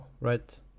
right